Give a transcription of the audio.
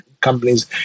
companies